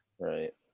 Right